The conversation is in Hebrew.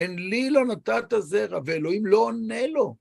הן לי לא נתת זרע, ואלוהים לא עונה לו.